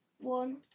One